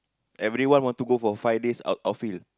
everyone want to go for five days out out field